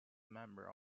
member